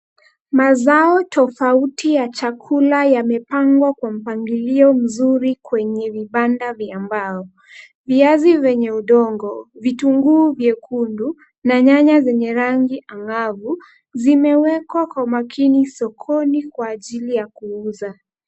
Mazao tofauti ya chakula yamepangwa kwa mpangilio mzuri kwenye vipanda vya mbao. Viazi vyenye udongo, vitunguu vyekundu na nyanya zenye rangi angavu zimewekwa kwa makini sokoni Kwa ajili ya kuuza.